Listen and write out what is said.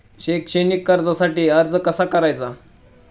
शैक्षणिक कर्जासाठी अर्ज कसा करायचा?